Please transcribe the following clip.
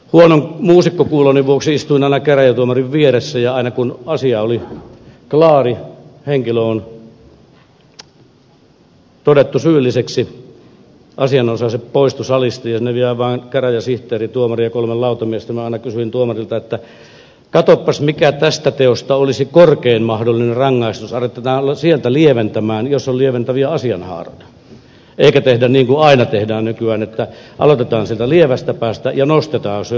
huonon muusikkokuuloni vuoksi istuin aina käräjätuomarin vieressä ja aina kun asia oli klaari henkilö oli todettu syylliseksi asianosaiset poistuivat salista ja sinne jäi vain käräjäsihteeri tuomari ja kolme lautamiestä minä sanoin tuomarille että katsopas mikä tästä teosta olisi korkein mahdollinen rangaistus aletaan sieltä lieventää jos on lieventäviä asianhaaroja eikä tehdä niin kuin aina tehdään nykyään että aloitetaan sieltä lievästä päästä ja nostetaan jos on jotakin syytä